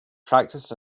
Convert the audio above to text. practiced